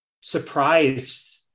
surprised